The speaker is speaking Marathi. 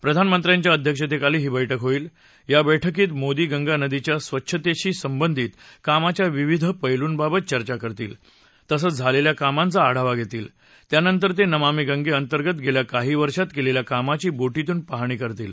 प्रधानमंत्र्यांच्या अध्यक्षतेखाली ही बैठक होईल या बैठकीत मोदी गंगा नदीच्या स्वच्छेतीशी संबंधित कामाच्या विविध पैलूंबाबत चर्चा करतील तसंच झालेल्या कामाचा आढावा घेतील त्यानंतर ते नमामि गंगेअंतर्गत गेल्या काही वर्षात केलेल्या कामाची बोटीतून पाहणी करतील